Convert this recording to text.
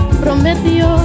prometió